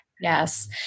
Yes